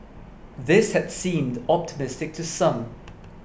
this had seemed optimistic to some